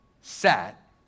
sat